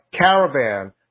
caravan